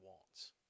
wants